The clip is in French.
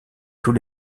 tous